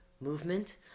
movement